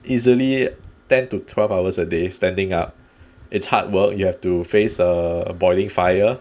easily ten to twelve hours a day standing up it's hard work you have to face a boiling fire